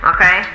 Okay